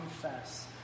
confess